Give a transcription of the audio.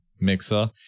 Mixer